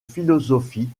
philosophie